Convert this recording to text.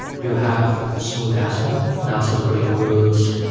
you have smooth asphalt, not so great roads,